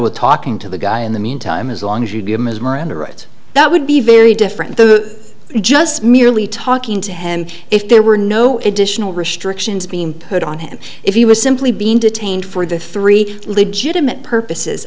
with talking to the guy in the meantime as long as you'd be amazed miranda rights that would be very different the just merely talking to him if there were no additional restrictions being put on him if he was simply being detained for the three legitimate purposes